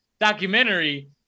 documentary